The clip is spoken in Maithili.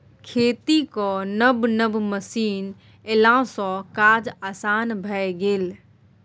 खेतीक नब नब मशीन एलासँ काज आसान भए गेल